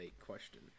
question